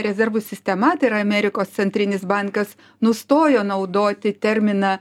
rezervų sistema tai yra amerikos centrinis bankas nustojo naudoti terminą